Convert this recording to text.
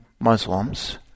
Muslims